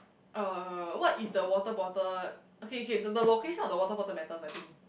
uh what if the water bottle okay okay the the location of the water bottle matters I think